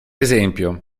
esempio